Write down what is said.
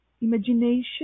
imagination